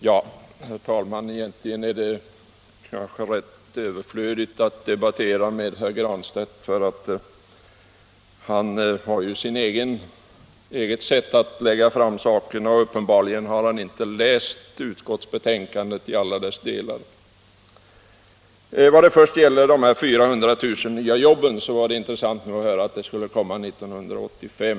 Herr talman! Egentligen är det rätt överflödigt att debattera med herr Granstedt — han har sitt eget sätt att lägga fram saker och ting. Uppenbarligen har han inte heller läst utskottsbetänkandet i alla dess delar. Det var intressant att höra att de 400 000 nya jobben skulle finnas 1985.